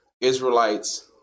Israelites